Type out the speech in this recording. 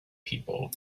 people